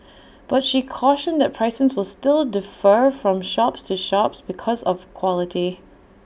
but she cautioned that prices will still defer from shops to shops because of quality